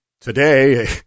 today